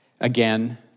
again